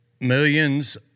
Millions